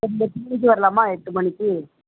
சரி எட்டு மணிக்கு வரலாமா எட்டு மணிக்கு